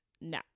no